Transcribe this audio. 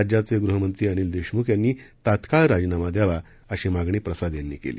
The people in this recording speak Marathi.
राज्याचे गृहमंत्री अनिल देशमुख यांनी तात्काळ राजीनामा द्यावा अशी मागणी प्रसाद यांनी केली